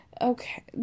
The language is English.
Okay